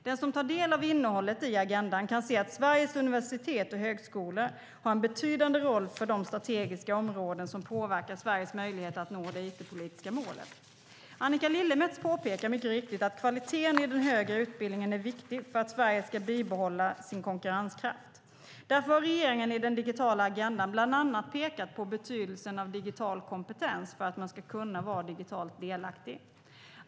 Den som tar del av innehållet i agendan kan se att Sveriges universitet och högskolor har en betydande roll för de strategiska områden som påverkar Sveriges möjligheter att nå det it-politiska målet. Annika Lillemets påpekar mycket riktigt att kvaliteten i den högre utbildningen är viktig för att Sverige ska bibehålla sin konkurrenskraft. Därför har regeringen i den digitala agendan bland annat pekat på betydelsen av digital kompetens för att man ska kunna vara digitalt delaktig.